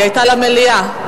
היא היתה להעביר למליאה.